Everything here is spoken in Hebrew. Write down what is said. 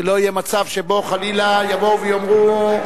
שלא יהיה מצב שבו חלילה יבואו ויאמרו,